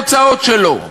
והתוצאות שלו.